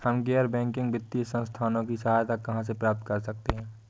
हम गैर बैंकिंग वित्तीय संस्थानों की सहायता कहाँ से प्राप्त कर सकते हैं?